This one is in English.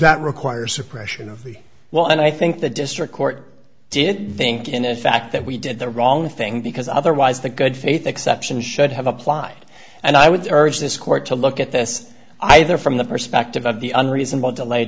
that require suppression of the will and i think the district court did think in the fact that we did the wrong thing because otherwise the good faith exception should have applied and i would urge this court to look at this either from the perspective of the unreasonable delay